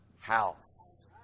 house